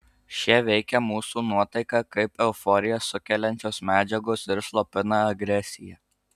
šie veikia mūsų nuotaiką kaip euforiją sukeliančios medžiagos ir slopina agresiją